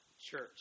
church